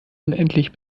unendlich